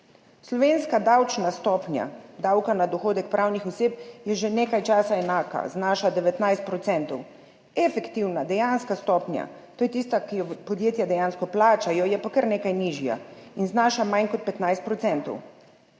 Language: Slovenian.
Slovenska davčna stopnja davka na dohodek pravnih oseb je že nekaj časa enaka, znaša 19 %, efektivna, dejanska stopnja, to je tista, ki jo podjetja dejansko plačajo, je pa kar nekaj nižja in znaša manj kot 15 %.